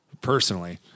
Personally